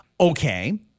Okay